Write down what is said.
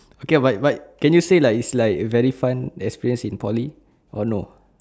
okay but but can you say like it's like very fun experience in poly or no